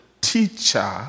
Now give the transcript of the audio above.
teacher